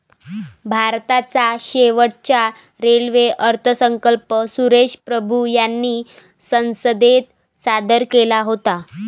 भारताचा शेवटचा रेल्वे अर्थसंकल्प सुरेश प्रभू यांनी संसदेत सादर केला होता